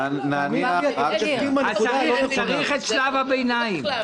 אז צריך את שלב הביניים.